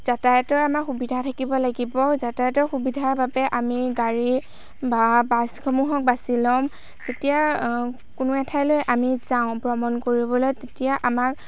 যাতায়তৰ আমাৰ সুবিধা থাকিব লাগিব যাতায়তৰ সুবিধাৰ বাবে আমি গাড়ী বা বাছসমূহক বাছি ল'ম যেতিয়া কোনো এঠাইলৈ আমি যাওঁ ভ্ৰমণ কৰিবলৈ তেতিয়া আমাৰ